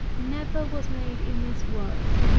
never was made in this world.